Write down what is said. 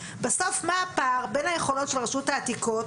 בסוף מה הפער בין היכולות של רשות העתיקות